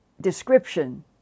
description